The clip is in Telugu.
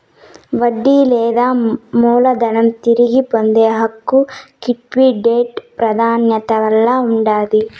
వడ్డీ లేదా మూలధనం తిరిగి పొందే హక్కు లిక్విడేట్ ప్రాదాన్యతల్ల ఉండాది